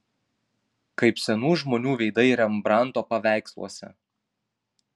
kaip senų žmonių veidai rembrandto paveiksluose